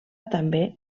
també